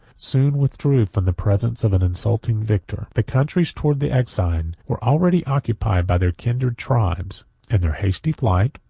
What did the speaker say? soon withdrew from the presence of an insulting victor. the countries towards the euxine were already occupied by their kindred tribes and their hasty flight,